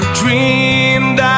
dreamed